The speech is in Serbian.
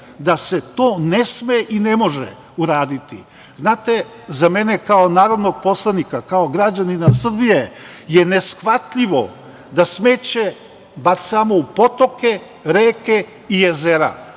da se to ne sme i ne može uraditi. Znate, za mene kao narodnog poslanika, kao građanina Srbije je neshvatljivo da smeće bacamo u potoke, reke i jezera.